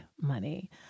money